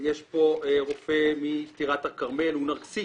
יש פה רופא מטירת הכרמל: הוא נרקיסיסט,